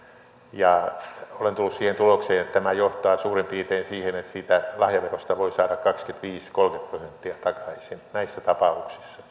ja olen tullut siihen tulokseen että tämä johtaa suurin piirtein siihen että siitä lahjaverosta voi saada kaksikymmentäviisi viiva kolmekymmentä prosenttia takaisin näissä tapauksissa